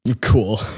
Cool